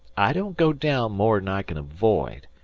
i don't go down more n i can avoid.